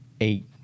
eight